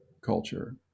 culture